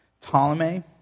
Ptolemy